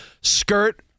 skirt